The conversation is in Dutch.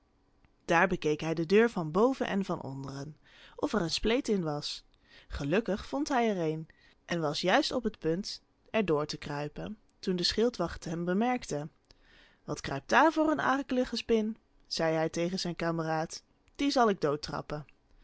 daar bekeek hij de deur van boven en van onderen of er een spleet in was gelukkig vond hij er een en was juist op het punt er door te kruipen toen de schildwacht hem bemerkte wat kruipt daar voor een akelige spin zei hij tegen zijn kameraad die zal ik